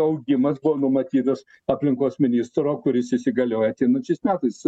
augimas buvo numatytas aplinkos ministro kuris įsigalioja ateinančiais metais